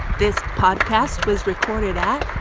this podcast was recorded at.